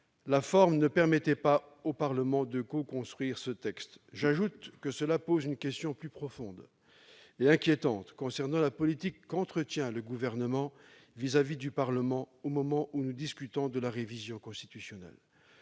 la forme ne permettait pas au Parlement de coconstruire ce texte. J'ajoute que cela pose une question plus profonde, et inquiétante, concernant la politique menée par le Gouvernement vis-à-vis du Parlement au moment de la discussion de la révision constitutionnelle.